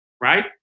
right